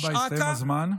תודה רבה, הסתיים הזמן.